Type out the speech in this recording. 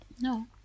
no